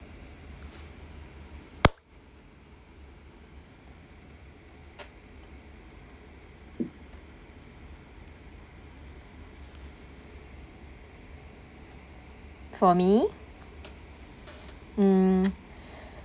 for me mm